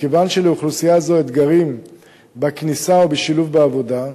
מכיוון שלאוכלוסייה זו יש אתגרים בכניסה ובשילוב בעבודה,